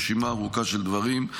רשימה ארוכה של דברים.